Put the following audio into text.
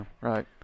Right